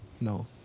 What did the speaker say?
No